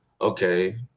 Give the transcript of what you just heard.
okay